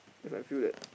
that's why I feel that